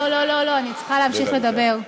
לא לא לא לא, אני צריכה להמשיך לדבר.